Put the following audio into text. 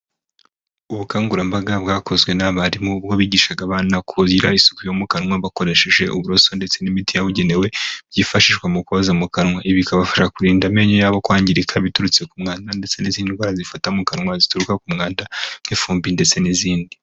Ubukangurambaga bwakozwe n'abarimu bwo bigishaga abana kugira isuku yo mu kanwa bakoresheje uburoso ndetse n'imiti yabugenewe byifashishwa mu koza mu kanwa, bikabafasha kurinda amenyo yabo kwangirika biturutse ku mwanda ndetse n'izindi ndwara zifata mu kanwa zituruka ku muhandawanda nk'ifumbi ndetse n'izindi.